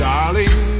Darling